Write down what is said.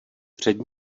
před